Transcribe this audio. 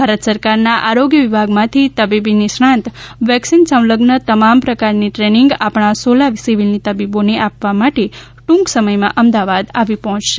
ભારત સરકારના આરોગ્ય વિભાગમાંથી તબીબી નિષ્ણાંત વેક્સિન સંલઝન તમામ પ્રકારની ટ્રેનિંગ આપણા સોલા સિવિલના તબીબોને આપવા માટે દ્રંક સમયમાં અમદાવાદ આવી પહોંચશે